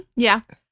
yeah,